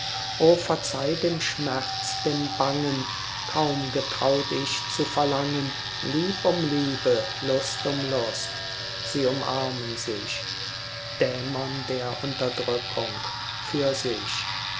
verzeih dem schmerz dem bangen kaum getraut ich zu verlangen lieb um liebe lust um lust sie umarmen sich dämon der unterdrückung für sich